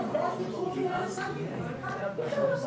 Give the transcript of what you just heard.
הבנו,